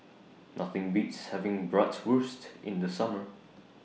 Nothing Beats having Bratwurst in The Summer